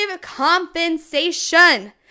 compensation